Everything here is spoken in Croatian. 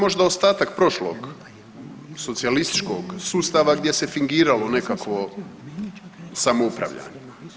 To je možda ostatak prošlog socijalističkog sustava gdje se fingiralo nekakvo samoupravljanje.